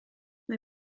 mae